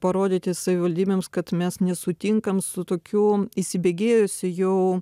parodyti savivaldybėms kad mes nesutinkam su tokiu įsibėgėjusiu jau